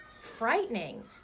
frightening